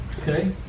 Okay